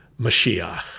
Mashiach